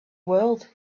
world